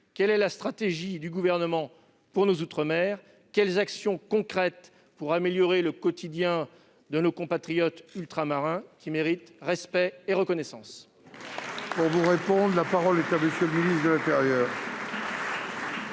quelle est la stratégie du Gouvernement pour nos outre-mer ? Quelles actions concrètes pour améliorer le quotidien de nos compatriotes ultramarins, qui méritent respect et reconnaissance ?